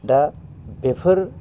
दा बेफोर